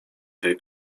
tej